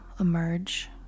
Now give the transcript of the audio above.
emerge